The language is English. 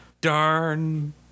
darn